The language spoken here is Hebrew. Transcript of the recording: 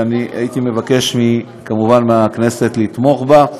והייתי כמובן מבקש מהכנסת לתמוך בה.